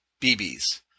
BBs